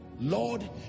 Lord